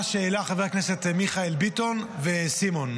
מה שהעלו חבר הכנסת ביטון וסימון,